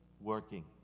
working